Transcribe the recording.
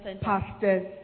Pastors